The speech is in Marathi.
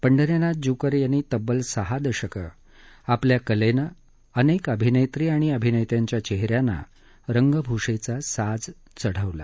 पंढरीनाथ जुकर यांनी तब्बल सहा दशकं आपल्या कलेनं अनेक अभिनेत्री आणि अभिनेत्यांच्या चेहऱ्यांना रंगभूषेचा साज चढवला